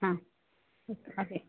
ಹಾಂ ಓಕೆ